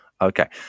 Okay